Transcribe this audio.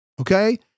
Okay